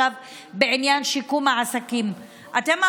מי